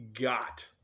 got